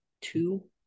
two